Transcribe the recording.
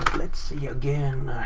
let's see again.